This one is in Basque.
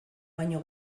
baino